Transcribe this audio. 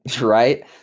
Right